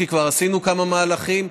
כי כבר עשינו כמה מהלכים,